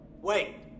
Wait